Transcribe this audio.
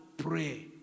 Pray